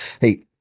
Hey